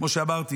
כמו שאמרתי,